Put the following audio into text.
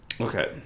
okay